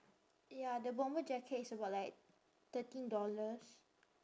ya the bomber jacket is about like thirteen dollars